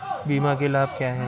बीमा के लाभ क्या हैं?